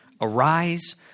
arise